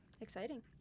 exciting